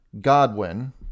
Godwin